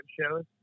shows